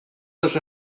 les